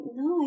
no